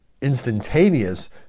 instantaneous